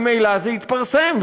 ממילא זה התפרסם,